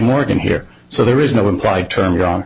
morgan here so there is no implied term